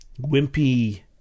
wimpy